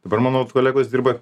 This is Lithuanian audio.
dabar mano kolegos dirba